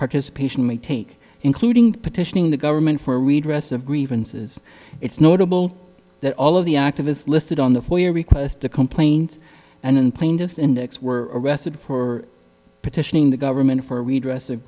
participation may take including petitioning the government for redress of grievances it's notable that all of the activists listed on the foyer request a complaint and in plaintiff's index were arrested for petitioning the government for a redress of